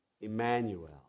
Emmanuel